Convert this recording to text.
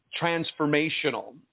transformational